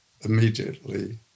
immediately